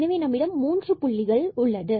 எனவே நம்மிடம் மூன்று புள்ளிகள் இருக்கின்றன